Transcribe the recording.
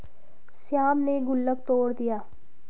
श्याम ने गुल्लक तोड़ दिया